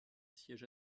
siège